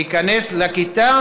להיכנס לכיתה